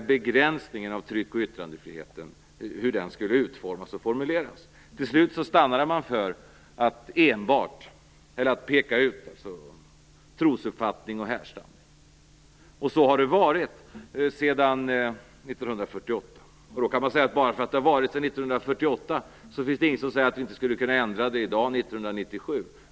begränsning av tryck och yttrandefriheten - det är det det handlar om - skulle utformas och formuleras. Till slut stannade man för att enbart peka ut trosuppfattning och härstamning. Och så har det varit sedan 1948. Då kan man säga att bara för att det har varit så sedan 1948 finns det ingenting som säger att vi inte skulle kunna ändra det i dag, 1997.